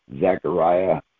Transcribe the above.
Zechariah